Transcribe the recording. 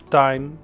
time